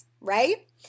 Right